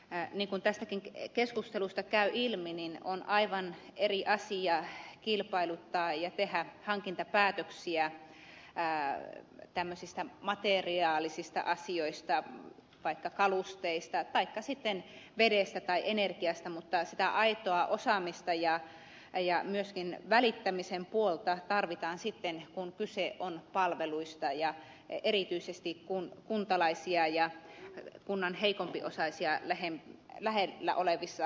niin kuin tästäkin keskustelusta käy ilmi niin on aivan eri asia kilpailuttaa ja tehdä hankintapäätöksiä tämmöisistä materiaalisista asioista vaikka kalusteista taikka sitten vedestä tai energiasta mutta sitä aitoa osaamista ja myöskin välittämisen puolta tarvitaan sitten kun kyse on palveluista ja erityisesti kuntalaisia ja kunnan heikompiosaisia lähellä olevista palveluista